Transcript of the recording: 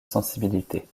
sensibilité